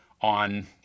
on